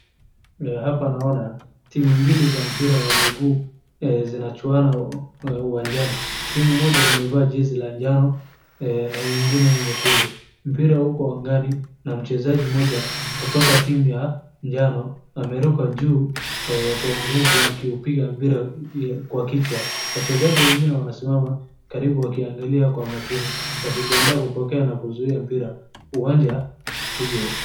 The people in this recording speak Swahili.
Hapa naona timu mbili za mpira wa miguu zinachuana uwanjani, timu moja imevaa jersy la jano na nyingine nyekundu, mpira uko angani na mchezaji mmoja kutoka timu ya njano ameruka juu kwa nguvu akiupiga mpira kwa kichwa, wachezaji wengine wanasimama karibu wakiangalia kwa makini wakijiandaa kupokea na kuzuiwa mpira uwanja hio.